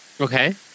okay